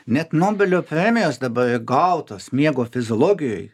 net nobelio premijos dabar gautos miego fiziologijoj